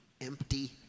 empty